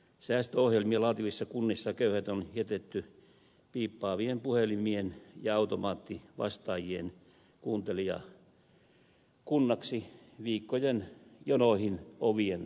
säästöohjelmia laativissa kunnissa köyhät on jätetty piippaavien puhelimien ja automaattivastaajien kuuntelijakunnaksi viikkojen jonoihin ovien ulkopuolelle